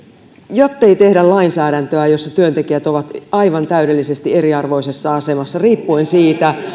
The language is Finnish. jottei tehdä lainsäädäntöä jossa työntekijät ovat aivan täydellisesti eriarvoisessa asemassa riippuen siitä